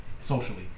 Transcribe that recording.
socially